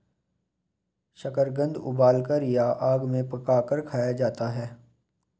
शकरकंद उबालकर या आग में पकाकर खाया जाता है